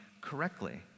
correctly